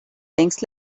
things